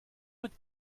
would